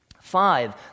Five